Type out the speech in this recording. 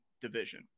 division